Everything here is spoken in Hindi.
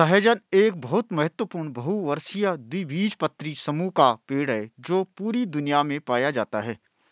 सहजन एक बहुत महत्वपूर्ण बहुवर्षीय द्विबीजपत्री समूह का पेड़ है जो पूरी दुनिया में पाया जाता है